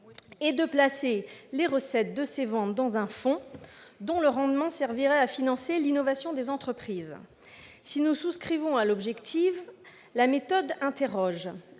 de placer les recettes de ces ventes dans un fonds, dont le rendement servirait à financer l'innovation des entreprises. Si nous souscrivons à l'objectif, la méthode interroge.